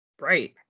Right